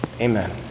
Amen